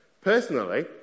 Personally